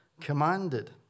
commanded